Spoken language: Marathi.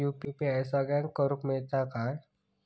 यू.पी.आय सगळ्यांना करुक मेलता काय?